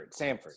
Samford